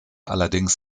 allerdings